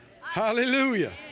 Hallelujah